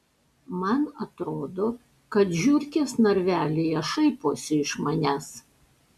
man atrodo kad žiurkės narvelyje šaiposi iš manęs